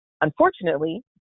Unfortunately